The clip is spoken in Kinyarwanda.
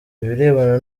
ibirebana